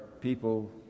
people